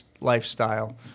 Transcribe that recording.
lifestyle